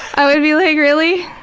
i would be like really?